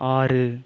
ஆறு